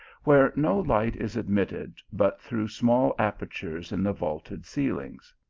where no light is admitted but through small aper tures in the vaulted ceilings.